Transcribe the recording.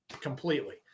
completely